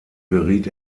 beriet